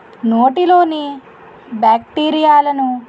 నోటిలోని బ్యాక్టీరియాలను